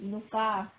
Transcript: inuka